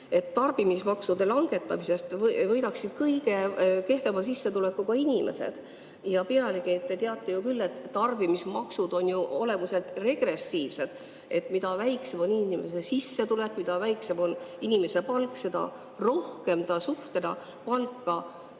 Tarbimismaksude langetamisest võidaksid kõige kehvema sissetulekuga inimesed. Pealegi, te teate ju küll, et tarbimismaksud on olemuselt regressiivsed, mida väiksem on inimese sissetulek, mida väiksem on inimese palk, seda rohkem ta suhtena palka